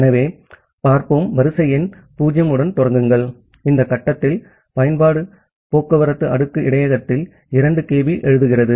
ஆகவே நாம் பார்ப்போம் வரிசை எண் 0 உடன் தொடங்குங்கள் இந்த கட்டத்தில் பயன்பாடு டிரான்ஸ்போர்ட் லேயர் இடையகத்தில் 2 kB எழுதுகிறது